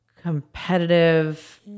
competitive